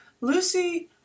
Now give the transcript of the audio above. Lucy